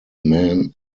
men